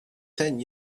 ten